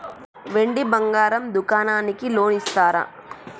వెండి బంగారం దుకాణానికి లోన్ ఇస్తారా?